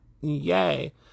yay